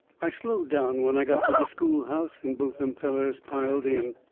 i slowed down when i got to the schoolhouse, and both them fellers piled in.